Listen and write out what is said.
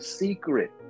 secret